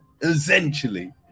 essentially